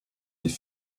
die